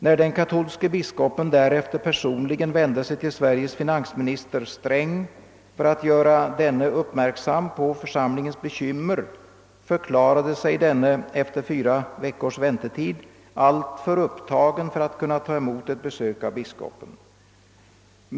När den katolske biskopen därefter personligen vände sig till Sverikes finansminister Sträng för att göra honom uppmärksam på församlingens bekymmer, förklarade sig denne efter fyra veckors väntetid vara alltför upptagen för att kunna ta emot ett besök av biskopen.